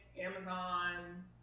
Amazon